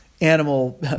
animal